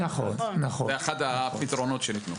זה אחד הפתרונות שניתנו.